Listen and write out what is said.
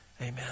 Amen